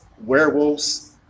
werewolves